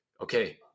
okay